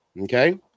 okay